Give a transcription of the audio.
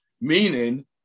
meaning